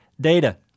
Data